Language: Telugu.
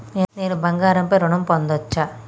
నేను బంగారం పై ఋణం పొందచ్చా?